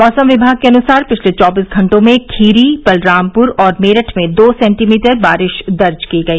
मौसम विभाग के अनुसार पिछले चौबीस घंटों में खीरी बलरामपुर और मेरठ में दो सेंटीमीटर बारिश दर्ज की गई